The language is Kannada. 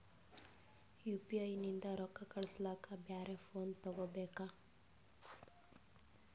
ಯು.ಪಿ.ಐ ನಿಂದ ರೊಕ್ಕ ಕಳಸ್ಲಕ ಬ್ಯಾರೆ ಫೋನ ತೋಗೊಬೇಕ?